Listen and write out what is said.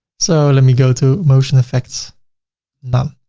so let me go to motion effects none.